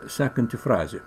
sekanti frazė